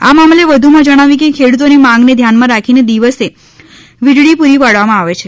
આ મામલે વધુમાં જણાવ્યું કે ખેડૂતોની માંગને ધ્યાનમાં રાખીને દિવસે વિજળી પુરી પડવામાં આવે છે